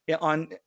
On